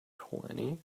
twenty